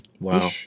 wow